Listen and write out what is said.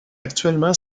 actuellement